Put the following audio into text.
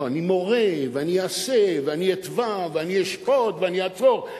אמרת: אני מורה ואני אעשה ואני אתבע ואני אשקוד ואני אעצור.